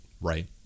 right